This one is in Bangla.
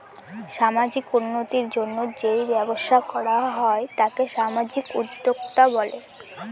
সামাজিক উন্নতির জন্য যেই ব্যবসা করা হয় তাকে সামাজিক উদ্যোক্তা বলে